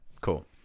Cool